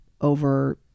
over